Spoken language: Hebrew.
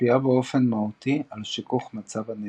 משפיעה באופן מהותי על שיכוך מצב הנדנוד.